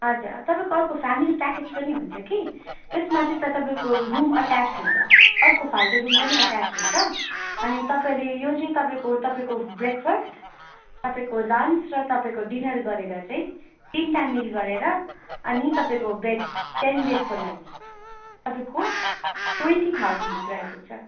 हजुर अर्को family package पनि हुन्छ कि त्यसमा चाहिँ तपाईँको रुम अटाच हुन्छ अर्को फाल्टो रुम पनि अटाच हुन्छ अनि तपाईँले यो चाहिँ तपाईँको तपाईँको ब्रेकफस्ट तपाईँको लन्च र तपाईँको डिनर गरेर चाहिँ तिनवटा मिल गरेर अनि तपाईँको बेड टेन डेजको लागि तपाईँको ट्वेन्टी थाउजन्डभित्र आइपुग्छ